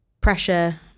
pressure